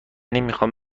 میخوام